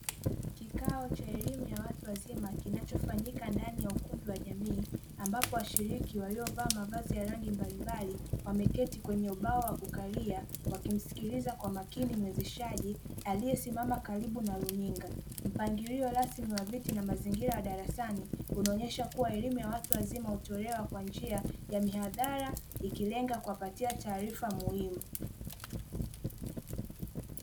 Kikao cha elimu cha watu wazima kinachofanyika ndani ya ukumbi wa jamii ambapo washiriki waliovaa mavazi ya rangi mbalimbali wameketi kwenye ubao wa kukalia wakimsikiliza kwa makini muwezeshajii aliyesimama karibu na luninga. Mpangilio rasmi wa viti na mazingira ya darasani unaonyesha kuwa elimu ya watu wazima hutolewa kwa njia ya miahadhara ikilenga kuwapatia taarifa muhimu.